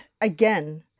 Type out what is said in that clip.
again